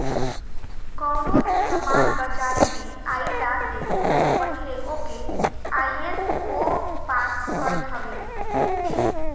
कवनो भी सामान बाजारी में आइला से पहिले ओके आई.एस.ओ पास करत हवे